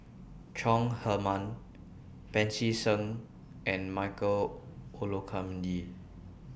Chong Heman Pancy Seng and Michael Olcomendy